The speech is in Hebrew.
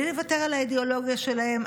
בלי לוותר על האידיאולוגיה שלהם,